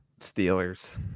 Steelers